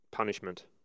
punishment